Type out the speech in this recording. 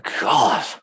God